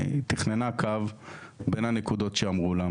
היא תכננה קו בין הנקודות שאמרו לה,